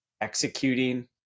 executing